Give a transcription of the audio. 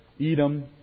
Edom